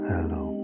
Hello